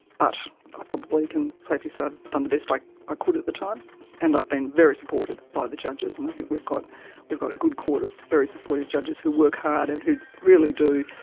but i probably can safely say i've done the best like i could at the time and i've been very supported by the judges and i think we've got we've got a good court of very supportive judges who work hard and who really do,